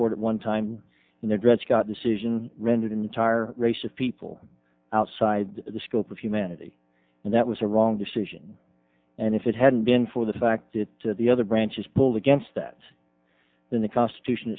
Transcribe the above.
court at one time in the dred scott decision rendered an entire race of people outside the scope of humanity and that was a wrong decision and if it hadn't been for the fact that to the other branches pulled against that then the constitution